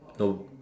no